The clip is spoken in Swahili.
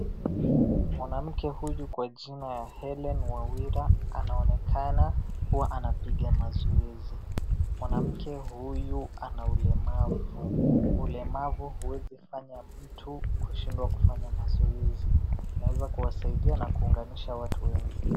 Mwanamke huyu kwa jina ya Hellen Wawira anaonekana kuwa anapiga mazoezi. Mwanamke huyu ana ulemavu. Ulemavu huezi fanya mtu kushindwa kufanya mazoezi, inaweza kuwasaidia na kuunganisha watu wengi.